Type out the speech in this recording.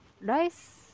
rice